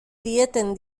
dieten